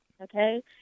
okay